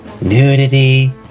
nudity